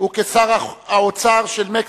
ושר האוצר של מקסיקו,